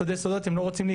בסודי סודות,